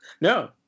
No